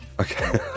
Okay